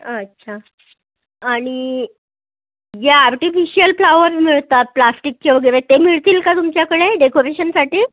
अच्छा आणि या आर्टिफिशियल फ्लॉवर मिळतात प्लॅस्टिकचे वगैरे ते मिळतील का तुमच्याकडे डेकोरेशनसाठी